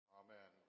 amen